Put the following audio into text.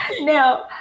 Now